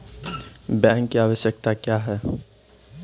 Bank की आवश्यकता क्या हैं?